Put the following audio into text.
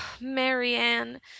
Marianne